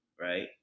right